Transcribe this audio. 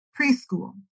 preschool